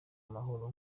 amahoro